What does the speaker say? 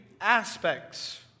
aspects